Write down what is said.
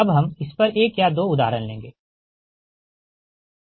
अबहम इस पर एक या दो उदाहरण लेंगे ठीक